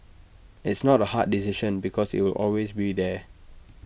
it's not A hard decision because IT will always be there